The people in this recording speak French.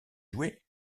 jouée